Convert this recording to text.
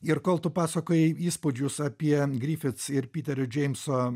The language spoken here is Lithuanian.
ir kol tu pasakojai įspūdžius apie gryfits ir piterio džeimso